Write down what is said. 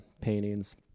paintings